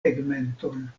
tegmenton